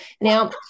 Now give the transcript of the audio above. Now